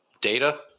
data